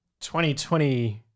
2020